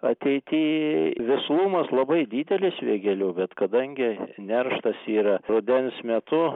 ateity vislumas labai didelis vėgėlių bet kadangi nerštas yra rudens metu